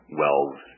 wells